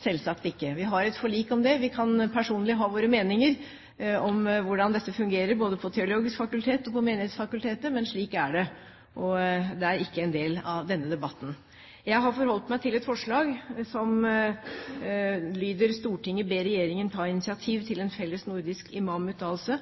selvsagt ikke. Vi har et forlik om det. Vi kan personlig ha våre meninger om hvordan dette fungerer både på Det teologiske fakultet og på Menighetsfakultetet, men slik er det, og det er ikke en del av denne debatten. Jeg har forholdt meg til et forslag som lyder: «Stortinget ber regjeringen ta initiativ til en fellesnordisk imamutdannelse.»